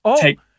take